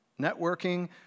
Networking